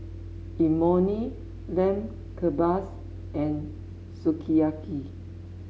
Imoni Lamb Kebabs and Sukiyaki